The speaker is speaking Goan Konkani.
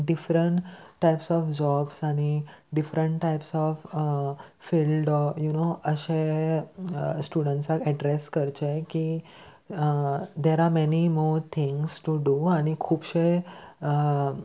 डिफरंट टायप्स ऑफ जॉब्स आनी different types of field of you know अशे स्टुडंट्साक एड्रेस करचे की there are many more things to do आनी खुबशे